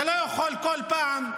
אתה לא יכול כל פעם,